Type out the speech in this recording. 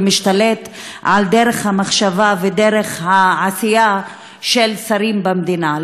ומשתלט על דרך המחשבה ודרך העשייה של שרים במדינה.